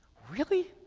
really?